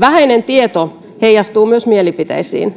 vähäinen tieto heijastuu myös mielipiteisiin